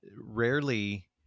rarely